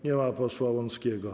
Nie ma posła Łąckiego.